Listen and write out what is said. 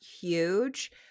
huge